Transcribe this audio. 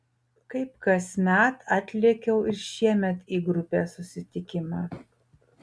kaip kasmet atlėkiau ir šiemet į grupės susitikimą